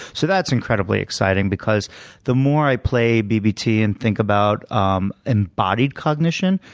so that's incredibly exciting. because the more i play bbt and think about um embodied cognition,